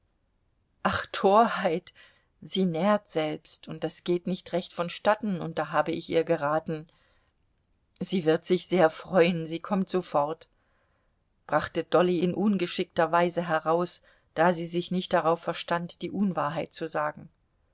ach torheit sie nährt selbst und das geht nicht recht vonstatten und da habe ich ihr geraten sie wird sich sehr freuen sie kommt sofort brachte dolly in ungeschickter weise heraus da sie sich nicht darauf verstand die unwahrheit zu sagen